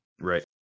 Right